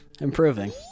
Improving